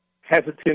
hesitant